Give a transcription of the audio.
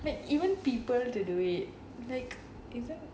but even people to do it like